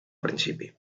principi